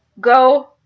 go